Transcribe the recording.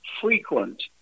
frequent